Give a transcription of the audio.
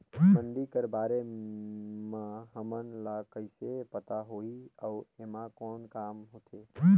मंडी कर बारे म हमन ला कइसे पता होही अउ एमा कौन काम होथे?